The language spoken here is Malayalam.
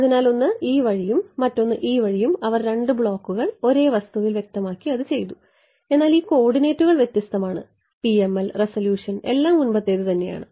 അതിനാൽ ഒന്ന് ഈ വഴിയും മറ്റൊന്ന് ഈ വഴിയും അവർ രണ്ട് ബ്ലോക്കുകൾ ഒരേ വസ്തുവിൽ വ്യക്തമാക്കി അത് ചെയ്തു എന്നാൽ ഈ കോർഡിനേറ്റുകൾ വ്യത്യസ്തമാണ് PML റെസല്യൂഷൻ എല്ലാം മുൻപത്തേതു തന്നെയാണ്